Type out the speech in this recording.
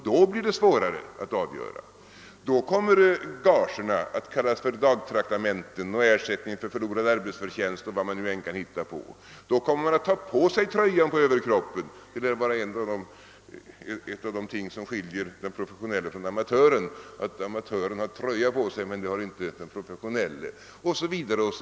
Då blir det svårare att avgöra vilket som är vilket. Då kommer gagerna att kallas för dagtraktamenten, ersättning för förlorad arbetsförtjänst och vad man nu än kan hitta på. Då kommer man att ta på sig tröjan på överkroppen, o.s.v.